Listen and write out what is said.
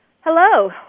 Hello